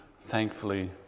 thankfully